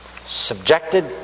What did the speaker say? Subjected